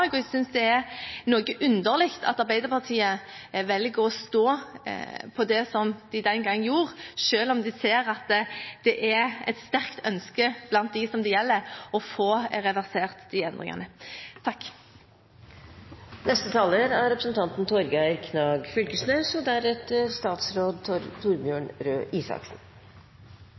og jeg synes det er noe underlig at Arbeiderpartiet velger å stå på det som de den gang gjorde, selv om de ser at det er et sterkt ønske blant dem det gjelder, om å få reversert endringene. Eg er ein av dei som har sin bakgrunn frå studentpolitisk arbeid, og